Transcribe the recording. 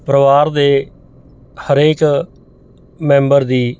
ਪਰਿਵਾਰ ਦੇ ਹਰੇਕ ਮੈਂਬਰ ਦੀ